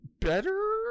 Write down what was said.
better